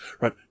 Right